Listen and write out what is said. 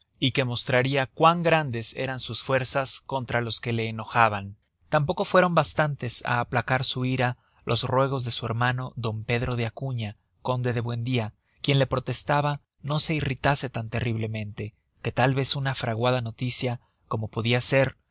y que mostraria cuán grandes eran sus fuerzas contra los que le enojaban tampoco fueron bastantes á aplacar su ira los ruegos de su hermano d pedro de acuña conde de buendia quien le protestaba no se irritase tan terriblemente que tal vez una fraguada noticia como podia ser